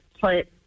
put